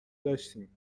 داشتیم